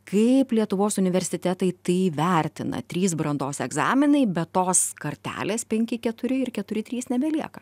kaip lietuvos universitetai tai vertina trys brandos egzaminai bet tos kartelės penki keturi ir keturi trys nebelieka